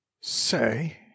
say